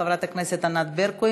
חברת הכנסת ענת ברקו,